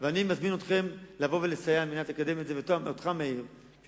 אני מזמין אתכם לבוא ולסייע, על מנת לקדם את זה.